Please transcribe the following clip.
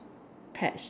patch